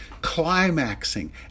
climaxing